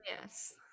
Yes